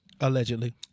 Allegedly